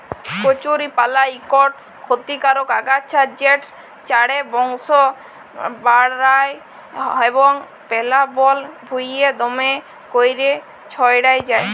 কচুরিপালা ইকট খতিকারক আগাছা যেট চাঁড়ে বংশ বাঢ়হায় এবং পেলাবল ভুঁইয়ে দ্যমে ক্যইরে ছইড়াই যায়